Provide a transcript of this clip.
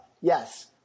Yes